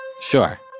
Sure